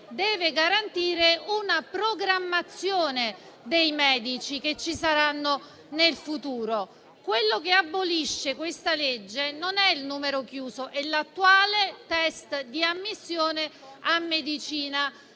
deve garantire una programmazione dei medici che ci saranno in futuro. Quello che abolisce questo provvedimento non è il numero chiuso, bensì l'attuale *test* di ammissione a medicina,